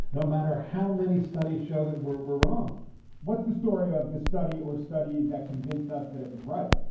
no matter how many studies show that we're we're wrong what's the story of this study or studies that convinced us that it was right?